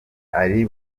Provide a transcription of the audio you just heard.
ari